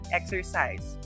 exercise